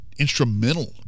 instrumental